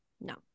No